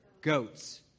goats